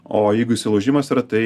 o jeigu įsilaužimas yra tai